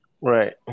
Right